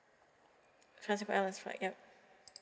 singapore airlines flight ya